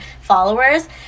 followers